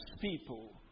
people